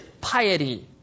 piety